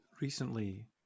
recently